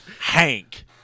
Hank